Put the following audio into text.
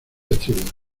estribor